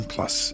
Plus